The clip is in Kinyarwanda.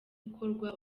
gukorwa